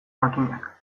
makinak